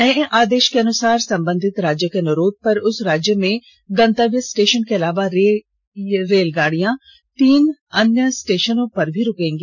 नये आदेश के अनुसार संबंधित राज्य के अनुरोध पर उस राज्य में गंतव्य स्टेशन के अलावा ये रेलगाड़ियां तीन अन्य स्टेशनों पर भी रूकेंगी